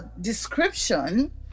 description